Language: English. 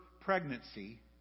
pregnancy